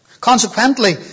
Consequently